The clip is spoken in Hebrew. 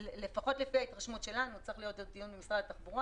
לפחות לפי ההתרשמות שלנו צריך עוד להיות דיון עם משרד התחבורה